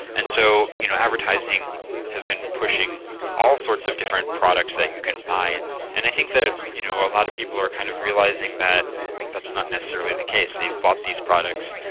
and so you know advertising has been pushing all sorts of different products that you can buy, and and i think that you know a lot of people are kind of realising that that's not necessarily the case they've bought these products,